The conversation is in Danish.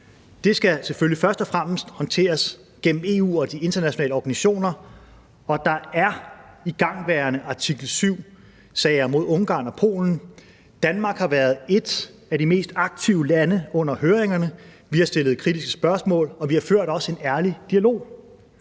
først og fremmest håndteres gennem EU og de internationale organisationer, og der er igangværende artikel 7-sager mod Ungarn og Polen. Danmark har været et af de mest aktive lande under høringerne. Vi har stillet kritiske spørgsmål, og vi har også ført en ærlig dialog.